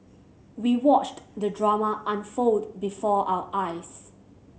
we watched the drama unfold before our eyes